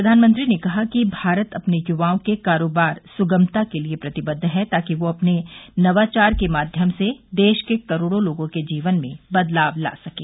प्रधानमंत्री ने कहा कि भारत अपने युवाओं के कारोबार सुगमता के लिए प्रतिबद्ध है ताकि वे अपने नवाचार के माध्यम से देश के करोड़ों लोगों के जीवन में बदलाव ला सकें